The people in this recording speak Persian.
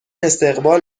استقبال